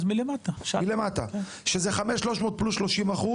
אז 5,300 ₪+ 30%,